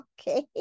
Okay